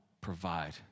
provide